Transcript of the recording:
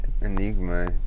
enigma